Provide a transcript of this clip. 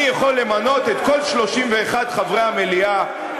אני יכול למנות את כל 31 חברי המליאה,